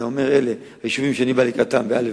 אתה אומר: אלה יישובים שאני בא לקראתם בא',